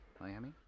Miami